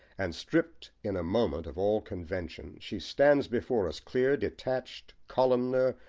and, stripped in a moment of all convention, she stands before us clear, detached, columnar,